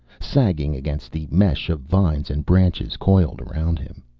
sagging against the mesh of vines and branches coiled around him.